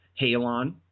Halon